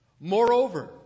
Moreover